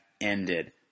ended